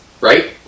Right